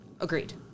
Agreed